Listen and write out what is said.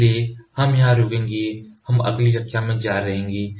इसलिए हम यहां रुकेंगे हम अगली कक्षा में जारी रहेंगे